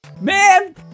Man